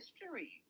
history